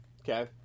Okay